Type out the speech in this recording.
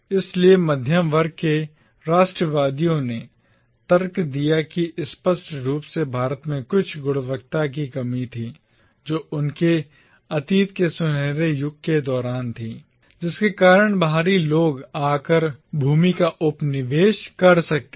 इसलिए मध्यम वर्ग के राष्ट्रवादियों ने तर्क दिया कि स्पष्ट रूप से भारत में कुछ गुणवत्ता की कमी थी जो उनके पास अतीत के सुनहरे युग के दौरान थी जिसके कारण बाहरी लोग आकर भूमि का उपनिवेश कर सकते थे